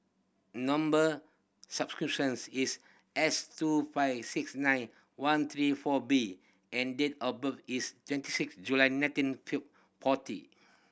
number is S two five six nine one three four B and date of birth is twenty sixth July nineteen forty